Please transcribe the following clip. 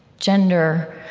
gender,